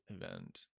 event